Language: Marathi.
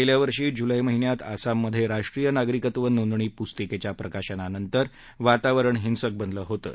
गेल्यावर्षी जुलै महिन्यात आसाममध्ये राष्ट्रीय नागरिकत्व नोंदणी पुस्तिकेच्या प्रकाशनानंतर वातावरण हिंसक बनलं होतं